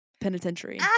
Penitentiary